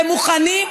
ומוכנים,